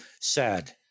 sad